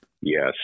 Yes